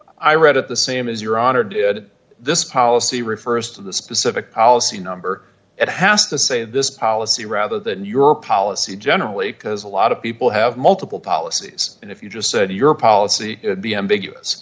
i read it the same as your honor did this policy refers to the specific policy number it has to say this policy rather than your policy generally because a lot of people have multiple policies and if you just said your policy would be ambiguous